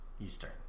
Eastern